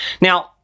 Now